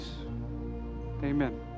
Amen